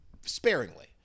Sparingly